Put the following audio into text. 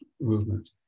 movement